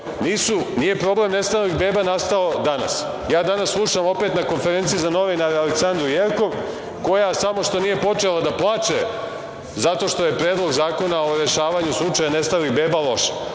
Nije problem nestalih beba nastao danas. Danas slušam na konferenciji za novinare Aleksandru Jerkov, koja samo što nije počela da plače zato što je Predlog zakona o rešavanju slučaja nestalih beba loš.